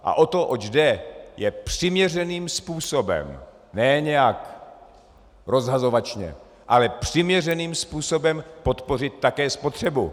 A to, oč jde, je přiměřeným způsobem, ne nějak rozhazovačně, ale přiměřeným způsobem podpořit také spotřebu.